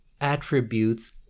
attributes